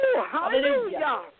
Hallelujah